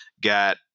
got